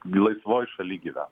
gi laisvoj šaly gyvenam